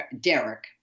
Derek